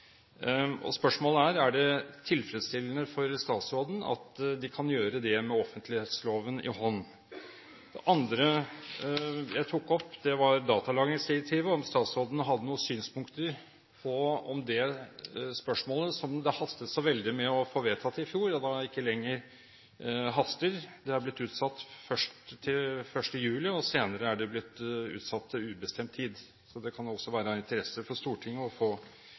Spørsmålet er: Er det tilfredsstillende for statsråden at de kan gjøre det med offentlighetsloven i hånd? Det andre jeg tok opp, var datalagringsdirektivet – om statsråden hadde noen synspunkter på det spørsmålet som det hastet så veldig med å få vedtatt i fjor, og som det ikke lenger haster med. Det ble først utsatt til 1. juli, og senere er det blitt utsatt på ubestemt tid. Det kan det også være av interesse for Stortinget å få